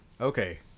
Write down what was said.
okay